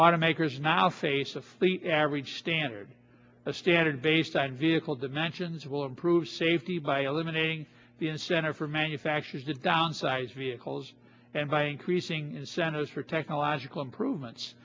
automakers now face a fleet average standard a standard based on vehicle dimensions will improve safety by eliminating the incentive for manufacturers to downsize vehicles and by increasing incentives for technological improvements